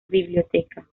biblioteca